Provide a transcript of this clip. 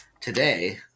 today